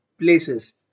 places